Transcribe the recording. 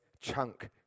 chunk